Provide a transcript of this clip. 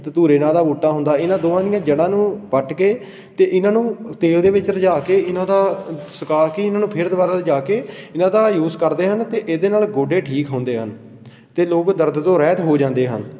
ਧਤੂਰੇ ਨਾਂ ਦਾ ਬੂਟਾ ਹੁੰਦਾ ਇਹਨਾਂ ਦੋਵਾਂ ਦੀਆਂ ਜੜਾਂ ਨੂੰ ਪੱਟ ਕੇ ਅਤੇ ਇਹਨਾਂ ਨੂੰ ਤੇਲ ਦੇ ਵਿੱਚ ਰਝਾ ਕੇ ਇਹਨਾਂ ਦਾ ਸੁਕਾ ਕੇ ਇਹਨਾਂ ਨੂੰ ਫਿਰ ਰਝਾ ਜਾ ਕੇ ਇਹਨਾਂ ਦਾ ਯੂਸ ਕਰਦੇ ਹਨ ਅਤੇ ਇਹਦੇ ਨਾਲ ਗੋਡੇ ਠੀਕ ਹੁੰਦੇ ਹਨ ਅਤੇ ਲੋਕ ਦਰਦ ਤੋਂ ਰਹਿਤ ਹੋ ਜਾਂਦੇ ਹਨ